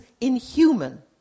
inhuman